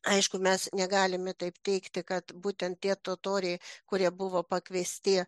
aišku mes negalime taip teigti kad būtent tie totoriai kurie buvo pakviesti